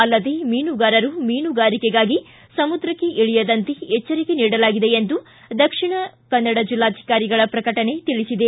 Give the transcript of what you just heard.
ಅಲ್ಲದೆ ಮೀನುಗಾರರು ಮೀನುಗಾರಿಕೆಗಾಗಿ ಸಮುದ್ರಕ್ಕೆ ಇಳಿಯದಂತೆ ಎಚ್ಚರಿಕೆ ನೀಡಲಾಗಿದೆ ಎಂದು ದಕ್ಷಿಣ ಜಿಲ್ಲಾಧಿಕಾರಿಗಳ ಪ್ರಕಟಣೆ ತಿಳಬದೆ